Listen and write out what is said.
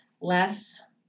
less